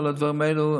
כל הדברים האלה,